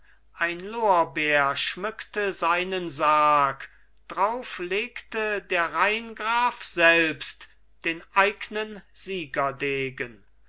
ein lorbeer schmückte seinen sarg drauf legte der rheingraf selbst den eignen